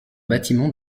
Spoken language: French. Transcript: bâtiment